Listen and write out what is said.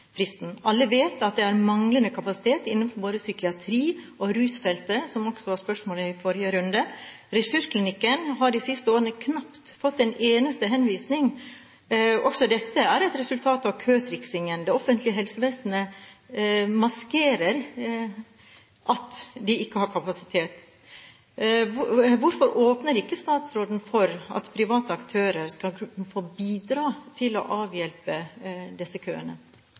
Alle vet at det er manglende kapasitet innenfor både psykiatri og rusfeltet, som også var spørsmål i forrige runde. Ressursklinikken har de siste årene knapt fått en eneste henvisning. Også dette er et resultat av køtriksingen. Det offentlige helsevesenet maskerer at de ikke har kapasitet. Hvorfor åpner ikke statsråden for at private aktører skal få bidra til å avhjelpe disse køene?